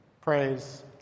praise